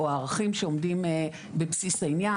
או הערכים שעומדים בסיס העניין,